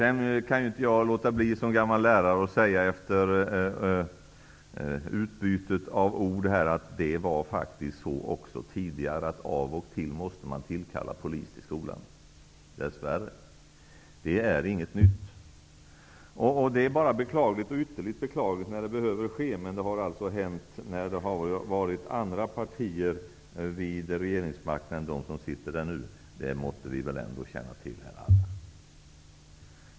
Efter utbytet av ord kan jag som gammal lärare inte låta bli att säga att man även tidigare, dess värre, av och till måste tillkalla polis till skolan. Det är inget nytt. Det är ytterligt beklagligt när det behöver ske. Men det har hänt när det har varit andra partier vid regeringsmakten än de som sitter där nu. Det måtte vi väl ändå alla känna till.